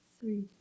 three